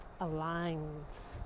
aligns